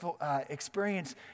experience